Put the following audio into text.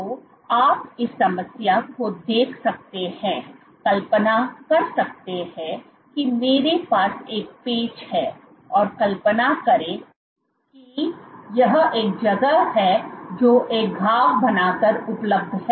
तो आप इस समस्या को देख सकते हैं कल्पना कर सकते हैं कि मेरे पास एक पैच है और कल्पना करें कि यह एक जगह है जो एक घाव बनाकर उपलब्ध है